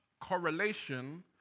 correlation